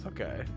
Okay